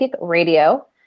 radio